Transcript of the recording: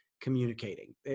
communicating